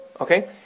Okay